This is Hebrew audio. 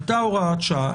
הייתה הוראת שעה,